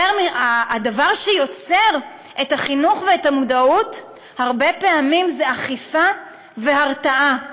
הדבר שיוצר את החינוך ואת המודעות הוא הרבה פעמים אכיפה והרתעה.